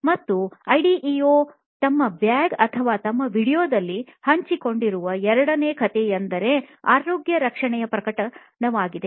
ಮತ್ತೆ ಐಡಿಇಯೊ ತಮ್ಮ ಬ್ಲಾಗ್ ಅಥವಾ ಅವರ ವೀಡಿಯೊ ದಲ್ಲಿ ಹಂಚಿಕೊಂಡಿರುವ ಎರಡನೆಯ ಕಥೆ ಎಂದರೆ ಆರೋಗ್ಯ ರಕ್ಷಣೆಯ ಪ್ರಕರಣವಾಗಿದೆ